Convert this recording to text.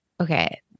Okay